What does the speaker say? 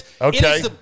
Okay